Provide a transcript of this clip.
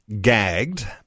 gagged